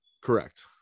Correct